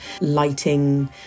lighting